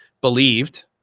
believed